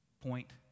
point